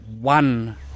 one